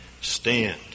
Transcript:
stand